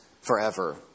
forever